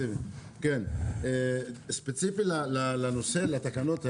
ספציפית לתקנות האלה,